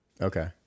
Okay